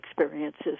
experiences